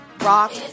rock